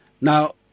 Now